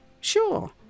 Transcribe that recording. Sure